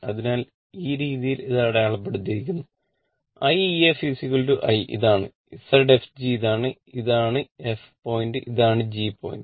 അതിനാൽ ഈ രീതിയിൽ ഇത് അടയാളപ്പെടുത്തിയിരിക്കുന്നു IefI ഇതാണ് Zfg ഇത് ഇതാണ് f പോയിന്റ് ഇതാണ് g പോയിന്റ്